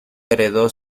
heredó